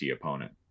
opponent